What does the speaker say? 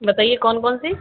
बताइए कौन कौन सी